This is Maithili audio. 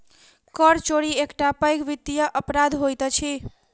कर चोरी एकटा पैघ वित्तीय अपराध होइत अछि